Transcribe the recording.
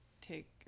take